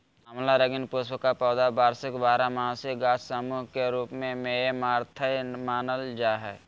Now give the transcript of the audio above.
आँवला रंगीन पुष्प का पौधा वार्षिक बारहमासी गाछ सामूह के रूप मेऐमारैंथमानल जा हइ